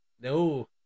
No